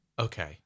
Okay